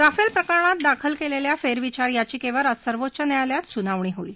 Rafale प्रकरणात दाखल केलेल्या फेरविचार याचिकेवर आज सर्वोच्च न्यायालयात सुनावणी होईल